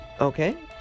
Okay